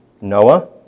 Noah